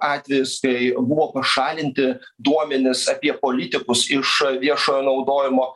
atvejis kai buvo pašalinti duomenys apie politikus iš viešojo naudojimo